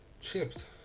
Chipped